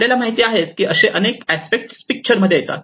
आपल्याला माहिती आहे की असे अनेक अस्पेक्ट पिक्चर मध्ये येतात